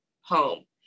home